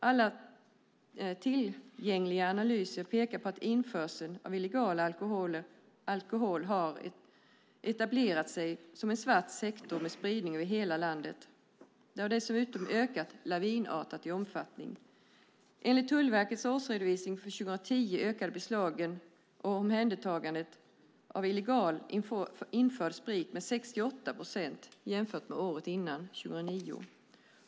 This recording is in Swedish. Alla tillgängliga analyser pekar på att införseln av illegal alkohol har etablerat sig som en svart sektor med spridning över hela landet. Den har ökat lavinartat i omfattning. Enligt Tullverkets årsredovisning för 2010 ökade beslagen och omhändertagandet av illegalt införd sprit med 68 procent jämfört med 2009.